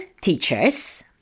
teachers